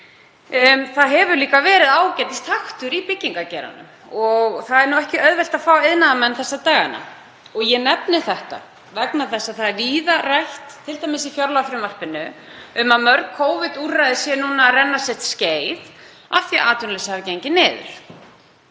Það hefur líka verið ágætistaktur í byggingargeiranum og það er nú ekki auðvelt að fá iðnaðarmenn þessa dagana. Ég nefni þetta vegna þess að víða er rætt, t.d. í fjárlagafrumvarpinu, um að mörg Covid-úrræði séu að renna sitt skeið af því að atvinnuleysið hafi gengið niður.